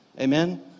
Amen